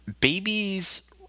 Babies